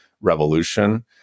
revolution